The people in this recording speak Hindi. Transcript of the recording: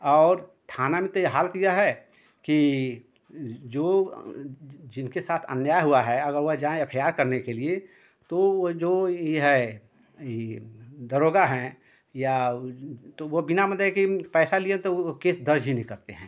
और थाना में तो ये हाल किया है कि जो जिनके साथ अन्याय हुआ है अगर वह जाए यफयार करने के लिए तो जो ई है ई दरोगा हैं या तो वो बिना मतलब कि पैसा लिए तो वो केस दर्ज ही नहीं करते हैं